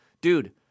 Dude